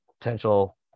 potential